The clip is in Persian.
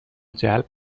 جلب